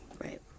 Right